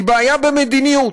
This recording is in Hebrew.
היא בעיה במדיניות,